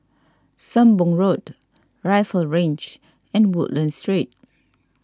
Sembong Road Rifle Range and Woodlands Street